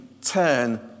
turn